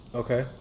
okay